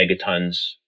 megatons